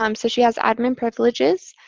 um so she has admin privileges.